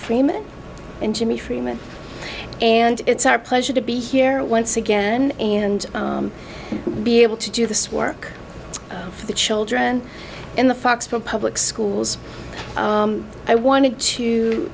freeman and jimmy freeman and it's our pleasure to be here once again and be able to do this work for the children in the fox for public schools i wanted to